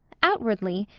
outwardly,